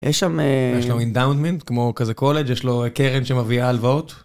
יש שם... יש שם endowment כמו כזה קולג', יש לו קרן שמביאה הלוואות?